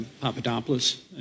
Papadopoulos